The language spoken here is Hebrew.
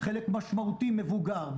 חלק משמעותי מבוגר,